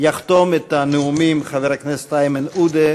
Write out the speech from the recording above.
יחתום את הנאומים חבר הכנסת איימן עודה,